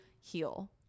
heal